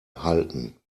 halten